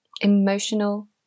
emotional